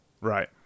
Right